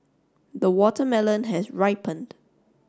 the watermelon has ripened